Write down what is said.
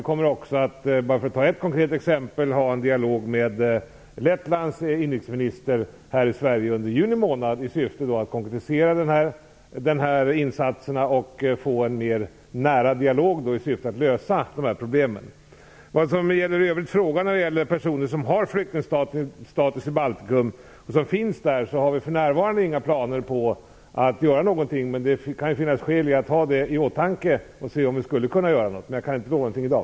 För att ta ett konkret exempel kommer vi att ha en dialog med Lettlands inrikesminister här i Sverige under juni månad i syfte att konkretisera dessa insatser och få en nära dialog för att kunna lösa dessa problem. När det gäller personer som har flyktingstatus och som finns i Baltikum vill jag säga att vi för närvarande inte har några planer på att göra något. Men det kan finnas skäl att ha detta i åtanke och se om vi skulle kunna göra något. Jag kan inte lova något i dag.